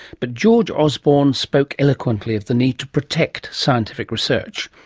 but george osborne spoke eloquently of the need to protect scientific research,